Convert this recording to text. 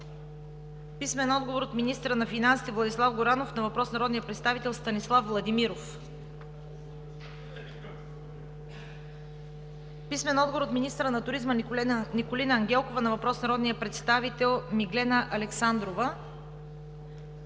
Атанасова; - министъра на финансите Владислав Горанов на въпрос от народния представител Станислав Владимиров; - министъра на туризма Николина Ангелкова на въпрос от народния представител Миглена Александрова;